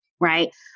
Right